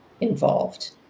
involved